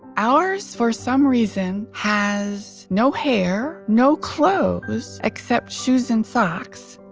ours for some reason has no hair, no clothes except shoes and socks.